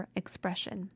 expression